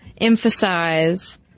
emphasize